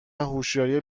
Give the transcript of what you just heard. هوشیاری